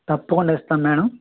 తప్పకుండా ఇస్తాం మేడం